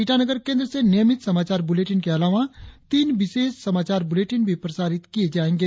ईटानगर केंद्र से नियमित समाचार बुलेटिन के अलावा तीन विशेष समाचार बुलेटिन भी प्रसारित किए जायेंगे